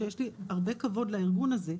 שיש לי הרבה כבוד לארגון הזה,